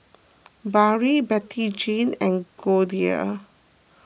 Barry Bettyjane and Goldia